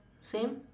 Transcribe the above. same